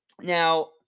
Now